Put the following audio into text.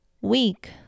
Week